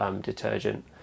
detergent